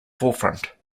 forefront